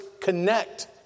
connect